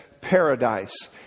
paradise